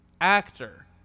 actor